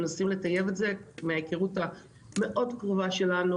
ומנסים לטייב את זה מההיכרות הקרובה מאוד שלנו